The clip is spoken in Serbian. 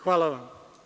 Hvala vam.